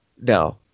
No